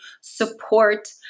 support